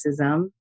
racism